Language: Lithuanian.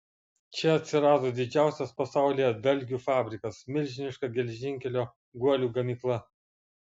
čia atsirado didžiausias pasaulyje dalgių fabrikas milžiniška geležinkelio guolių gamykla